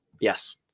Yes